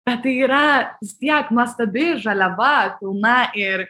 bet tai yra vis tiek nuostabi žaliava pilna ir